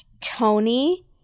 Tony